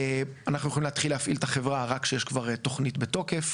אנחנו יכולים להתחיל להפעיל את החברה רק כשיש תוכנית בתוקף